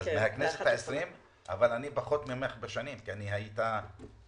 אבל אני פחות שנים ממך כי הייתה תקופה